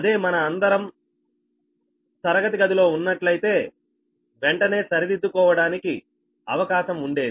అదే మన అందరం తరగతి గదిలో ఉన్నట్లయితే వెంటనే సరిదిద్దుకోవడానికి అవకాశం ఉండేది